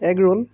egg roll